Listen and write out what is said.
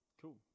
Cool